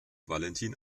valentin